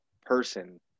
person